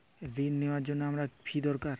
ঋণ নেওয়ার জন্য আমার কী দরকার?